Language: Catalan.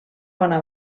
bona